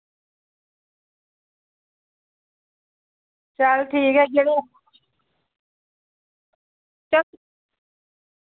चल ठीक ऐ चल